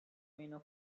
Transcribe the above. meno